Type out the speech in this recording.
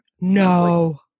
No